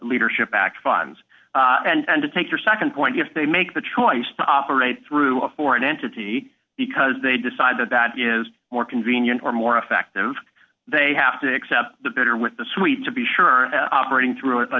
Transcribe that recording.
leadership back funds and to take your nd point if they make the choice to operate through a foreign entity because they decide that that is more convenient or more effective they have to accept the bitter with the sweet to be sure operating through